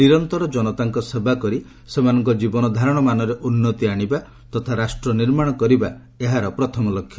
ନିରନ୍ତର ଜନତାଙ୍କ ସେବା କରି ସେମାନଙ୍କ ଜୀବନ ଧାରଣମାନରେ ଉନ୍ନତି ଆଣିବା ତଥା ରାଷ୍ଟ୍ର ନିର୍ମାଣ କରିବା ଏହାର ପ୍ରଥମ ଲକ୍ଷ୍ୟ